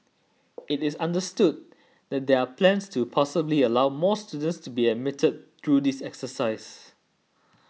it is understood that there are plans to possibly allow more students to be admitted through this exercise